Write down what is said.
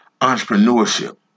Entrepreneurship